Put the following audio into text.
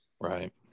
Right